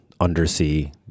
Undersea